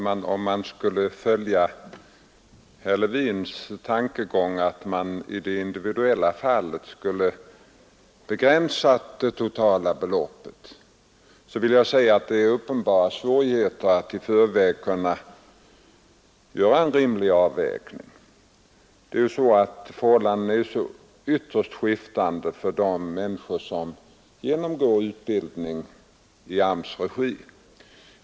Herr talman! Enligt herr Levins tankegång skulle man i det individuella fallet kunna begränsa det totala beloppet. Det är emellertid uppenbara svårigheter att i förväg göra en rimlig avvägning. Förhållandena är ju så ytterst skiftande för de människor som genomgår utbildning i AMS:s regi.